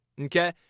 okay